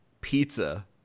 pizza